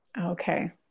Okay